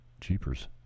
Jeepers